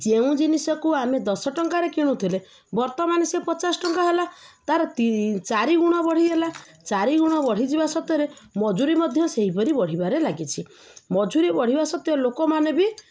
ଯେଉଁ ଜିନିଷକୁ ଆମେ ଦଶ ଟଙ୍କାରେ କିଣୁଥିଲେ ବର୍ତ୍ତମାନମାନେ ସେ ପଚାଶ ଟଙ୍କା ହେଲା ତାର ଚାରି ଗୁଣ ବଢ଼ିଗଲା ଚାରି ଗୁଣ ବଢ଼ିଯିବା ସତ୍ତ୍ୱରେ ମଜୁରି ମଧ୍ୟ ସେହିପରି ବଢ଼ିବାରେ ଲାଗିଛି ମଜୁରି ବଢ଼ିବା ସତ୍ତ୍ୱ ଲୋକମାନେ ବି